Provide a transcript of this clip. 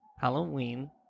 Halloween